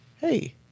hey